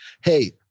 Hey